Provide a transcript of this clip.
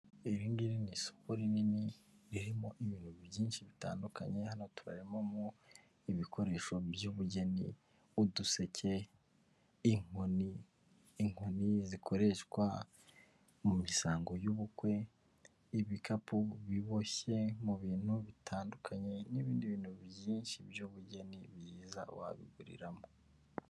Iri ngiri ni isoko rinini ririmo ibintu byinshi bitandukanye hano turabonamo ibikoresho by'ubugeni, uduseke, inkoni, inkoni zikoreshwa mu misango y'ubukwe, ibikapu biboshye mu bintu bitandukanye n'ibindi bintu byinshi by'ubugeni byiza wabiguriramo.